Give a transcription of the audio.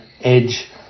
edge